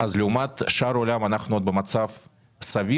לעומת שאר העולם אנחנו עוד במצב סביר,